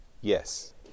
Yes